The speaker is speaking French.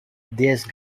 déesse